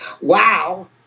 wow